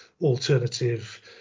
alternative